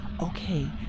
Okay